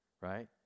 right